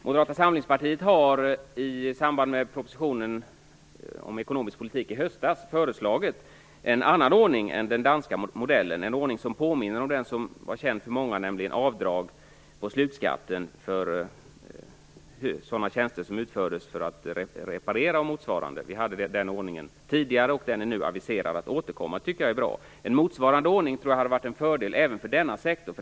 Moderata samlingspartiet har i samband med propositionen om ekonomisk politik i höstas föreslagit en annan ordning än den danska modellen, en ordning som påminner om en annan som var känd för många: avdrag på slutskatten för reparationstjänster och motsvarande. Vi hade en sådan ordning tidigare. Det har nu aviserats att den skall återkomma, och det tycker jag är bra. En motsvarande ordning tror jag hade varit en fördel även för denna sektor.